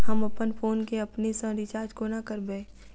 हम अप्पन फोन केँ अपने सँ रिचार्ज कोना करबै?